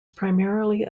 primarily